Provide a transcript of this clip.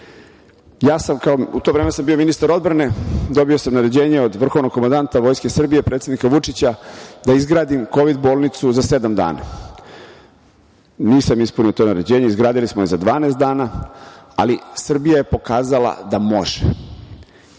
bolnicama. U to vreme sam bio ministar odbrane i dobio sam naređenje od vrhovnog komandanta Vojske Srbije, predsednika Vučića, da izgradim kovid bolnicu za sedam dana. Nisam ispunio to naređenje, izgradili smo je za 12 dana, ali Srbija je pokazala da može.